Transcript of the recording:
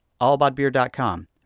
allaboutbeer.com